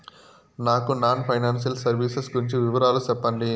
నాకు non financial services గురించి వివరాలు సెప్పండి?